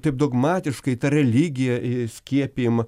taip dogmatiškai tą religiją įskiepijama